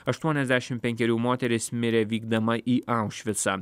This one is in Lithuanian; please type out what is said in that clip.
aštuoniasdešim penkerių moteris mirė vykdama į aušvicą